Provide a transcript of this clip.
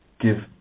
give